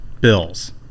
Bills